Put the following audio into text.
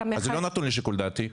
אז זה לא נתון לשיקול דעתי.